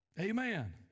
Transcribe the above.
Amen